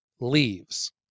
leaves